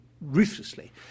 ruthlessly